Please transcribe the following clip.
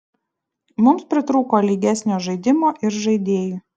mums pritrūko lygesnio žaidimo ir žaidėjų